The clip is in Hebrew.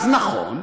אז נכון.